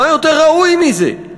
מה יותר ראוי מזה?